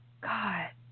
God